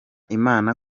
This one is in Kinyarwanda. imana